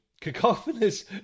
cacophonous